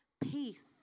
peace